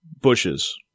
bushes